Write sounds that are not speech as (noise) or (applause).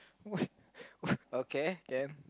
what (laughs) what okay can